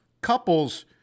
couples